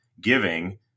giving